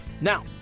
Now